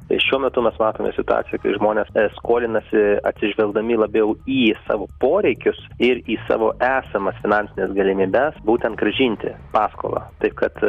tai šiuo metu mes matome situaciją kai žmonės skolinasi atsižvelgdami labiau į savo poreikius ir į savo esamas finansines galimybes būtent grąžinti paskolą taip kad